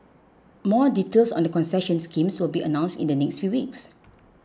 more details on the concession schemes will be announced in the next few weeks